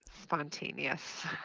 spontaneous